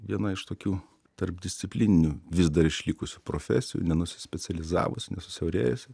viena iš tokių tarpdisciplininių vis dar išlikusių profesijų nenusispecializavusi nesusiaurėjusi